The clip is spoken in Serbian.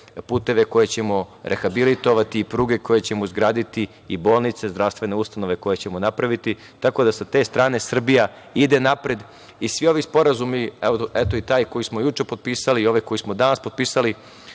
puteve koje ćemo rehabilitovati, pruge koje ćemo izgraditi i bolnice, zdravstvene ustanove koje ćemo napraviti. Tako da sa te strane, Srbija ide napred i svi ovi sporazumi, eto i taj koji smo juče potpisali i ove koje smo danas potpisali